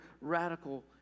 radical